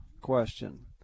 Question